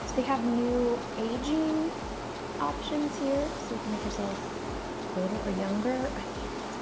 they have new aging options here so you can make yourself older or younger. i mean,